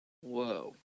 Whoa